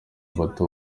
bato